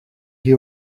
riz